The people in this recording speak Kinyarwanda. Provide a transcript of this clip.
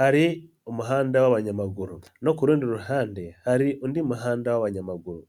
hari umuhanda w'abanyamaguru, no ku rundi ruhande hari undi muhanda w'abanyamaguru.